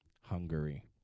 Hungary